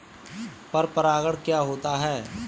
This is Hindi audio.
पर परागण क्या होता है?